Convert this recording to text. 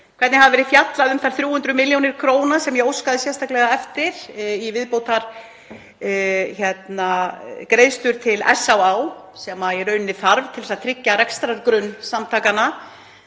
hvernig hafi verið fjallað um þær 300 millj. kr. sem ég óskaði sérstaklega eftir í viðbótargreiðslur til SÁÁ sem í rauninni þarf til að tryggja rekstrargrunn samtakanna.